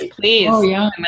Please